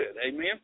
Amen